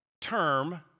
term